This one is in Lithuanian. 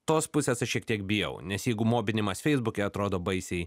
tos pusės aš šiek tiek bijau nes jeigu mobinimas feisbuke atrodo baisiai